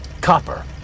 Copper